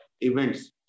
events